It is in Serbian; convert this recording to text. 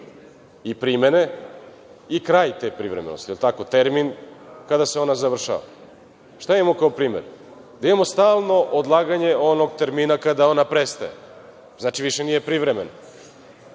i primene i kraj te privremenosti, termin kada se ona završava. Šta imamo kao primer? Da imamo stalno odlaganje onog termina kada ona prestaje. Znači više nije privremeno.